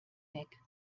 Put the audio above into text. weg